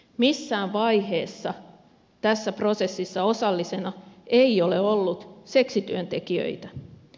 missään vaiheessa tässä prosessissa osallisena ei ole ollut seksityöntekijöitä